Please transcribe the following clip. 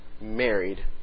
married